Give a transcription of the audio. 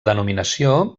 denominació